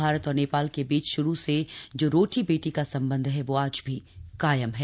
भारत और नेपाल के बीच शुरू से जो रोटी बेटी का संबंध है वो आज भी कायम है